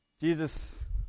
Jesus